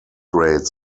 rates